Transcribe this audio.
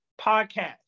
podcast